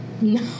No